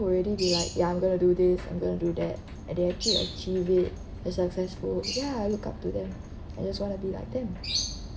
already been like ya I'm going to do this I'm going to do that and they actually achieve it and successful ya I look up to them I just want to be like them